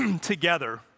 together